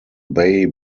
bay